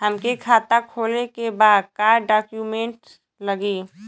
हमके खाता खोले के बा का डॉक्यूमेंट लगी?